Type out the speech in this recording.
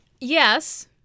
Yes